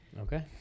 Okay